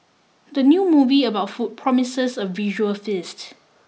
the new movie about food promises a visual feast